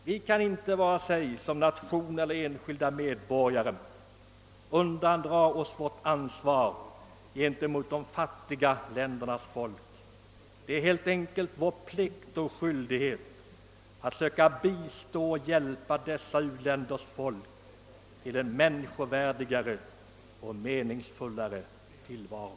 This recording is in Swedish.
Vi kan inte vare sig som nation eller som enskilda medborgare undandra oss vårt ansvar gentemot de fattiga ländernas folk. Det är helt enkelt vår plikt och skyldighet att söka bistå och hjälpa dessa u-länders folk till en meningsfullare och människovärdigare tillvaro.